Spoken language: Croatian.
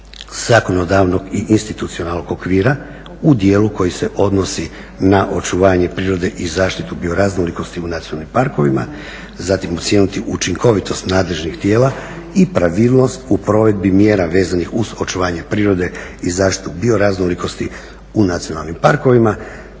zakonodavnog i institucionalnog okvira u dijelu koji se odnosi na očuvanje prirode i zaštitu bioraznolikosti u nacionalnim parkovima. Zatim ocijeniti učinkovitost nadležnih tijela i pravilnost u provedbi mjera vezanih uz očuvanje prirode i zaštitu bioraznolikosti u nacionalnim parkovima,